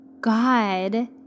God